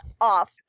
Off